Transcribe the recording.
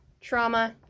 trauma